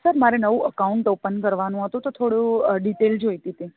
sir મારે નવું account open કરવાનું હતું તો થોડું ડિટેઇલ જોઈતી હતી